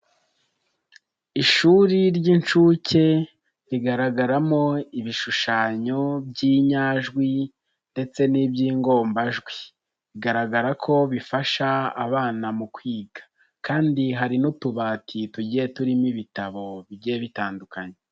Ishuri ry'inshuke rigaragaramo ibishushanyo by'inyajwi ndetse n'iby'ingombajwi, bigaragara ko bifasha abana mu kwiga kandi hari n'utubati tugiye turimo ibitabo bigiye bitandukanye.